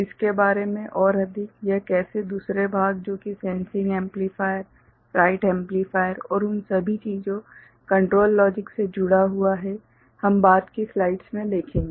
इसके बारे में और अधिक यह कैसे दूसरे भाग जो कि सेन्सिंग एम्पलीफायर राइट एम्पलीफायर और उन सभी चीजों कंट्रोल लॉजिक से जुड़ा हुआ है हम बाद की स्लाइड्स में देखेंगे